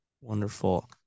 Wonderful